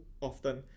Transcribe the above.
often